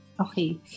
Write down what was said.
Okay